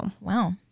Wow